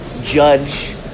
judge